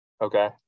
Okay